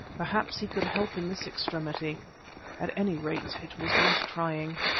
perhaps he could help in this extremity at any rate it was worth trying.